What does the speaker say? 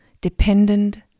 Dependent